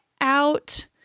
out